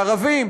לערבים,